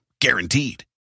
guaranteed